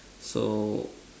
so